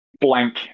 blank